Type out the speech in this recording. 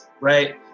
right